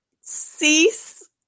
cease